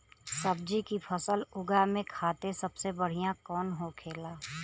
सब्जी की फसल उगा में खाते सबसे बढ़ियां कौन होखेला?